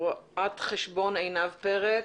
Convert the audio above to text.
רואת חשבון עינב פרץ,